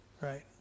right